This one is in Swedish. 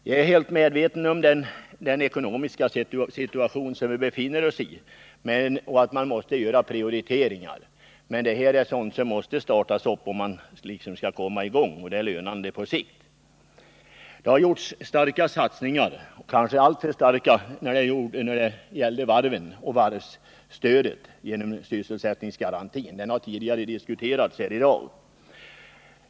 Jag är fullt medveten om den ekonomiska situation som staten befinner sig i och om att prioriteringar måste göras. För att man skall kunna komma i gång är dock insatser behövliga. Men på sikt är detta lönande. Stora, kanske alltför stora, satsningar har gjorts när det gäller varven i och med tillskapandet av sysselsättningsgarantin, som man har diskuterat tidigare här i dag.